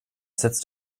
setzt